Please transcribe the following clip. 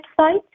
website